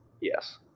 Yes